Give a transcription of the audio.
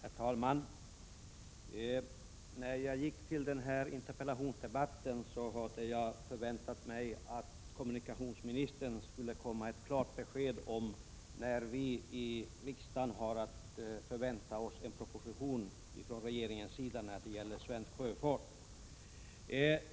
Herr talman! När jag gick till den här interpellationsdebatten hade jag förväntat mig att kommunikationsministern skulle komma med ett klart besked om när vi i riksdagen har att förvänta oss en proposition från regeringens sida om svensk sjöfart.